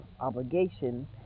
obligation